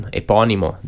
eponimo